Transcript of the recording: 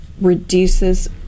reduces